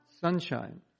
sunshine